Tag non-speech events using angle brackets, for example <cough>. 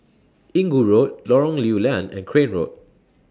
Inggu Road Lorong <noise> Lew Lian and Crane Road